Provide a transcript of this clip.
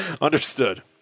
understood